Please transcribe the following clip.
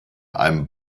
einem